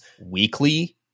weekly